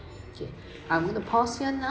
okay I'm going to pause here now